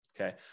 okay